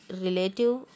relative